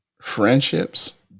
Friendships